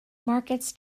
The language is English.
markets